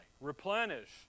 replenish